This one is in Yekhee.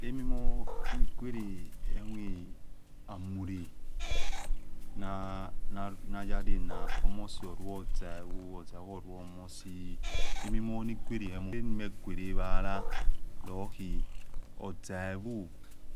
Εmimonigwere emo amurϵ nayalena omosi orvo ozai vo ozaivo oruo omosi emimonogwero walo laho ozaivo